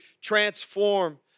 transform